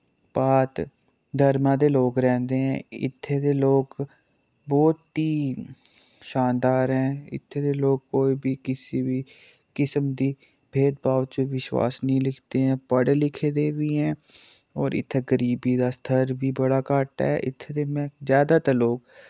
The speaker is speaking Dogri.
पात धर्मा दे लोग रंह्दे ऐं इत्थे दे लोक बोह्त ही शानदार ऐं इत्थे दे लोग कोई बी किसी बी किस्म दी भेद भाव च विश्वास निं लिखदे ऐं पढ़े लिखे दे वी ऐं और इत्थै गरीबी दा स्तर वी बड़ा घट्ट ऐ इत्थें दे में जैदातर लोक